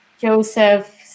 Joseph